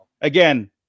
again